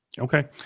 okay.